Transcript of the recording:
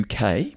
UK